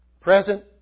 Present